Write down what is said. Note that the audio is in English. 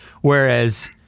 whereas